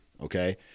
Okay